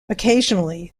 occasionally